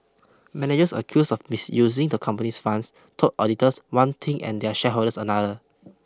managers accused of misusing the company's funds told auditors one thing and their shareholders another